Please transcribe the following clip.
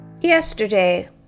Yesterday